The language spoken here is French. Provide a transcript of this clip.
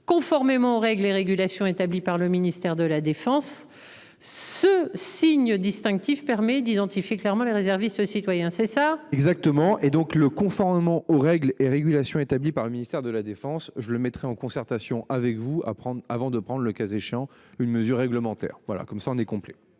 conformément aux règles et régulations établi par le ministère de la Défense ce signe distinctif permet d'identifier clairement les réserver ce citoyen c'est ça. Exactement et donc le conformément aux règles et régulations établi par le ministère de la Défense. Je le mettrai en concertation avec vous à prendre avant de prendre le cas échéant une mesure réglementaire, voilà comme ça on est complet.